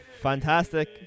Fantastic